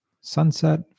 Sunset